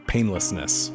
Painlessness